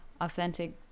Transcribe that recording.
authentic